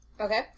Okay